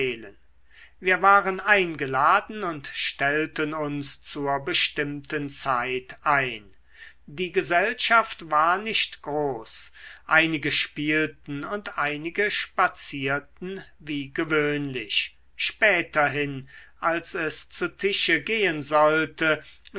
wir waren eingeladen und stellten uns zur bestimmten zeit ein die gesellschaft war nicht groß einige spielten und einige spazierten wie gewöhnlich späterhin als es zu tische gehen sollte